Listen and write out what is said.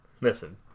Listen